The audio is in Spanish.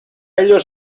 ello